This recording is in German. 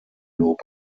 lob